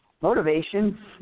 motivation